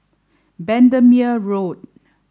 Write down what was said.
Bendemeer Road